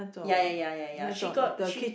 ya ya ya ya ya she got she